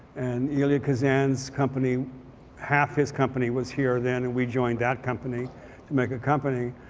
and elia kazan's company half his company was here then and we joined that company to make a company.